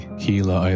kila